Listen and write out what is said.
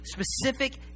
specific